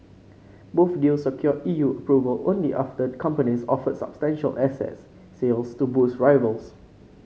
both deals secured E U approval only after the companies offered substantial asset sales to boost rivals